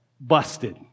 busted